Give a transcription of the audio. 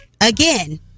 again